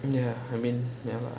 ya I mean ya lah